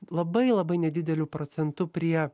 labai labai nedideliu procentu prie